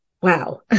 wow